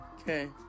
Okay